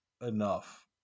enough